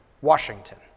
Washington